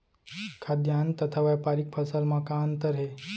खाद्यान्न तथा व्यापारिक फसल मा का अंतर हे?